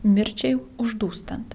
mirčiai uždūstant